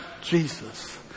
Jesus